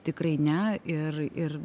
tikrai ne ir ir